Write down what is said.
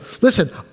Listen